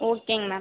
ஓகேங்க மேம்